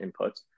inputs